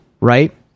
right